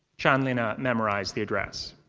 chanlina memorized the address.